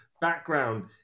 background